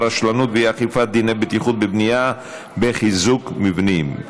רשלנות ואי-אכיפת דיני בטיחות בבנייה בחיזוק מבנים.